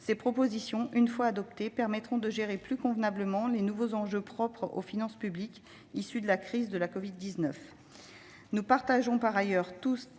ces dispositions, une fois adoptées, permettront de gérer plus convenablement les nouveaux enjeux propres aux finances publiques, issus de la crise de la covid-19.